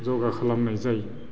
जगा खालामनाय जायो